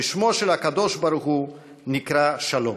ששמו של הקדוש-ברוך-הוא נקרא שלום".